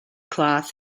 cloth